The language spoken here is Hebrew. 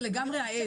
זה לגמרי עז.